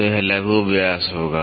तो यह लघु व्यास होगा